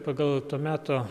pagal to meto